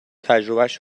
تجربهاش